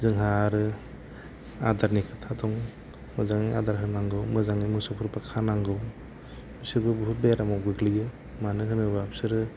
जोंहा आरो आदारनि खोथा दं मोजाङै आदार होनांगौ मोजाङै मोसौफोरखौ खानांगौ बिसोरबो बहुत बेरामाव गोग्लैयो मानो होनोबा बिसोरो